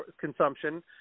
consumption